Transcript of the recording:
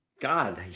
God